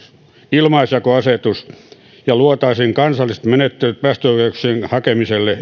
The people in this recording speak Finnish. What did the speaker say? ilmaisjakoasetus ja luotaisiin kansallista menettelyä päästöoikeuksien hakemiselle